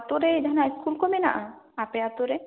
ᱟᱛᱳᱨᱮ ᱡᱟᱦᱟᱱᱟᱜ ᱤᱥᱠᱩᱞ ᱠᱚ ᱢᱮᱱᱟᱜᱼᱟ ᱟᱯᱮ ᱟᱛᱳ ᱨᱮ